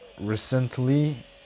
recently